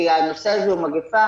כי הנושא הזה הוא מגיפה,